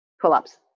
Pull-ups